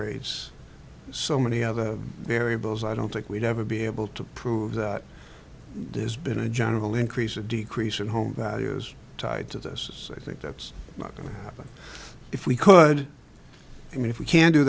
rates so many other variables i don't think we'd ever be able to prove there's been a general increase a decrease in home value is tied to this i think that's not going to happen if we could i mean if we can do